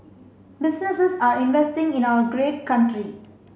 businesses are investing in our great country